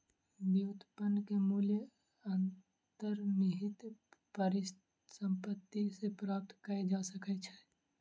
व्युत्पन्न के मूल्य अंतर्निहित परिसंपत्ति सॅ प्राप्त कय जा सकै छै